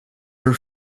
are